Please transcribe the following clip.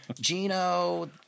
Gino